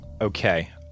Okay